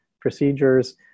procedures